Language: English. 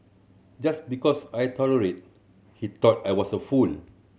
just because I tolerated he thought I was a fool